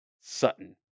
Sutton